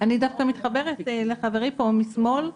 אני דווקא מתחברת לחברי פה משמאל,